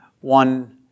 one